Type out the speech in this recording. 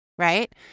Right